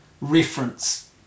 reference